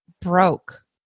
broke